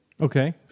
Okay